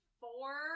four